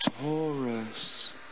Taurus